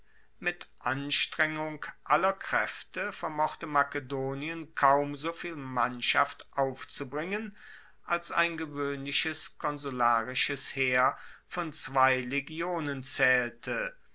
mit anstrengung aller kraefte vermochte makedonien kaum soviel mannschaft aufzubringen als ein gewoehnliches konsularisches heer von zwei legionen zaehlte